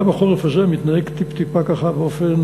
גם החורף הזה מתנהג טיפ-טיפה ככה באופן